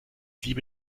liebe